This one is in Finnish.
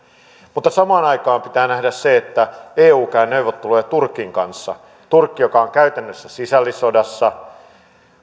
mutta samaan aikaan pitää nähdä se että eu käy neuvotteluja turkin kanssa turkki joka on käytännössä sisällissodassa